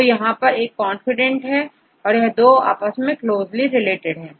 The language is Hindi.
तो यहां पर यह कॉन्फिडेंट है कि यह दो आपस में ज्यादा क्लोज है